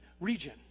region